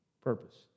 purpose